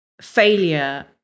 failure